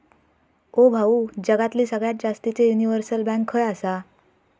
ओ भाऊ, जगातली सगळ्यात जास्तीचे युनिव्हर्सल बँक खय आसा